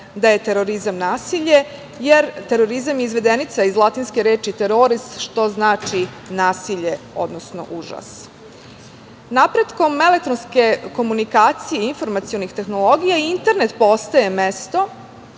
da je terorizam nasilje, jer terorizam je izvedenica iz latinske reči - teroris, što znači nasilje, odnosno užas. Napretkom elektronske komunikacije informacionih tehnologija i internet postaje mesto